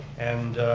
and